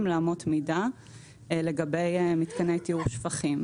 לאמות מידה לגבי מתקני טיהור שפכים,